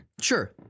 Sure